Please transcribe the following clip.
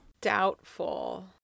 Doubtful